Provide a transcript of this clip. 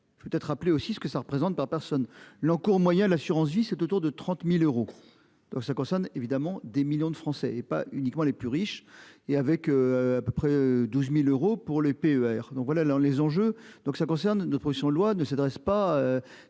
Je vais être appelé aussi ce que ça représente par personne l'encours moyen l'assurance vie c'est autour de 30.000 euros donc ça concerne évidemment des millions de Français et pas uniquement les plus riches et avec. À peu près 12.000 euros pour l'PER donc voilà dans les enjeux. Donc ça concerne notre position loi ne s'adresse pas